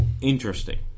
interesting